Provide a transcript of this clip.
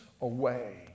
away